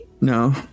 No